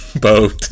boat